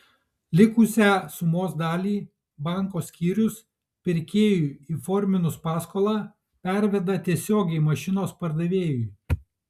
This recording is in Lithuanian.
likusią sumos dalį banko skyrius pirkėjui įforminus paskolą perveda tiesiogiai mašinos pardavėjui